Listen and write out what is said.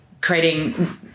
creating